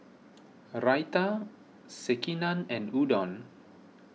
Raita Sekihan and Udon